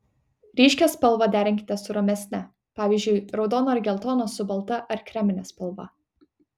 ryškią spalvą derinkite su ramesne pavyzdžiui raudoną ar geltoną su balta ar kremine spalva